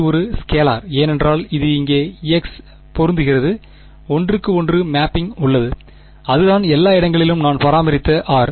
இது ஒரு ஸ்கேலார் ஏனென்றால் இது இங்கே x பொருந்துகிறது ஒன்றுக்கு ஒன்று மேப்பிங் உள்ளது அதுதான் எல்லா இடங்களிலும் நான் பராமரித்த r